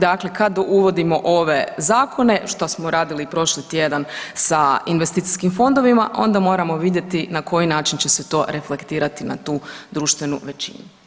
Dakle, kad uvodimo ove zakone što smo radili i prošli tjedan sa investicijskim fondovima onda moramo vidjeti na koji način će se to reflektirati na tu društvenu većinu.